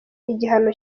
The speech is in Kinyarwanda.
igihano